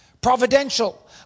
providential